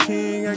King